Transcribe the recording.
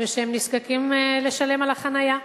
והם נזקקים לשלם על החנייה,